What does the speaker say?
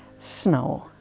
snow,